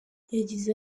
yagize